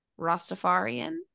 Rastafarian